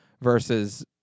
versus